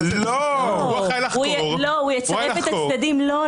הוא גם אחראי לחקור --- לא.